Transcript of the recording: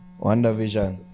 wandavision